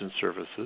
Services